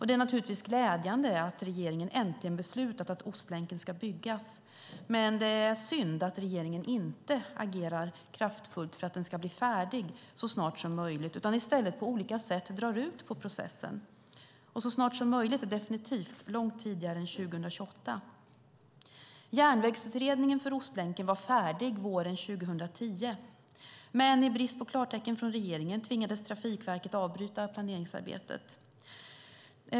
Det är naturligtvis glädjande att regeringen beslutat att Ostlänken ska byggas, men det är synd att regeringen inte agerar kraftfullt för att den ska bli färdig så snart som möjligt utan i stället på olika sätt drar ut på processen. "Så snart som möjligt" är definitivt långt tidigare än 2028. Järnvägsutredningen för Ostlänken var färdig våren 2010, men i brist på klartecken från regeringen tvingades Trafikverket avbryta planeringsarbetet.